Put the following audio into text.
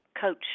coach